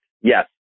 Yes